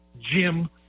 Jim